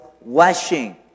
washing